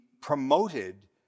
promoted